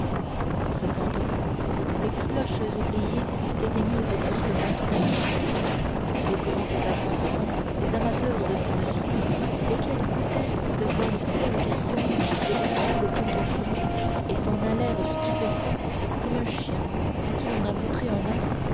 cependant les cloches oubliées s'éteignirent brusquement toutes à la fois au grand désappointement des amateurs de sonnerie lesquels écoutaient de bonne foi le carillon de dessus le pont au change et s'en allèrent stupéfaits comme un chien à qui l'on a montré un os